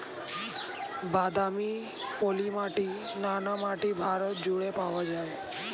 বাদামি, পলি মাটি, নোনা মাটি ভারত জুড়ে পাওয়া যায়